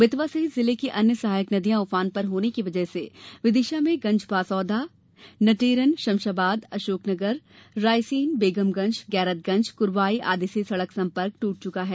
बेतवा सहित जिले की अन्य सहायक नदियां उफान पर होने की वजह से विदिशा में गंजबासौदा नटेरन शमशाबाद अशोकनगर रायसेन बेगमगंज गैरतगंज कुरवाई आदि से सड़क संपर्क टूट चुका है